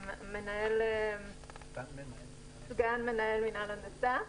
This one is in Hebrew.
אדוני, למר נתי שוברט, שהוא סגן מנהל מינהל הנדסה.